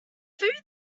food